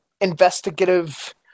investigative